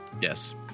Yes